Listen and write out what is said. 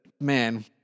man